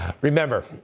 Remember